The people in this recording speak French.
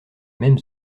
même